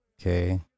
Okay